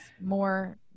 more